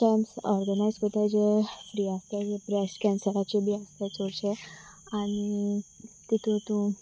camps organise करता चोय free आसत जे ब्रेस्ट कँन्सराचे बी आसतात चडशे आनी तातूंत तूं